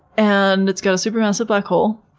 and it's got a supermassive black hole,